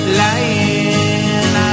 lying